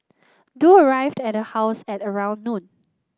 Du arrived at her house at around noon